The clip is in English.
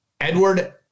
Edward